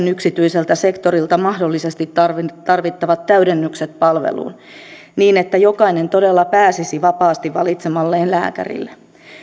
yksityiseltä sektorilta mahdollisesti tarvittavat täydennykset palveluun niin että jokainen todella pääsisi vapaasti valitsemalleen lääkärille